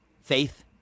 faith